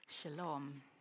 Shalom